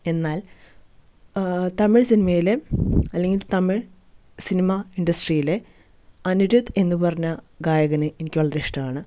എന്നാൽ തമിഴ് സിനിമയിലെ അല്ലെങ്കിൽ തമിഴ് സിനിമ ഇൻഡസ്ട്രിയിലെ അനിരുദ്ധ് എന്നുപറഞ്ഞ ഗായകനെ എനിക്ക് വളരെ ഇഷ്ടമാണ്